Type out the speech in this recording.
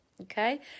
Okay